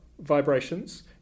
vibrations